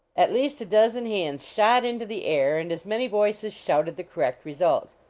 at least a dozen hands shot into the air and as many voices shouted the correct result.